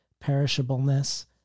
perishableness